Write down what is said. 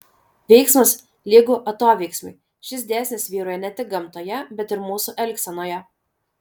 veiksmas lygu atoveiksmiui šis dėsnis vyrauja ne tik gamtoje bet ir mūsų elgsenoje